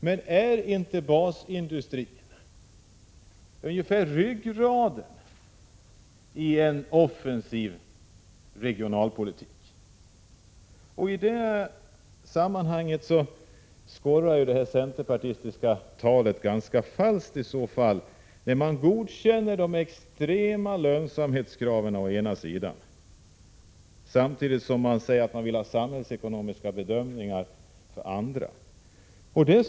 Men är inte basindustrin ryggraden i en offensiv regionalpolitik? I så fall skorrar det här centerpartistiska talet ganska falskt: man godkänner å ena sidan de extrema lönsamhetskraven samtidigt som man å andra sidan säger att man vill göra samhällsekonomiska bedömningar när det gäller andra områden.